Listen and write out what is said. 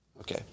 Okay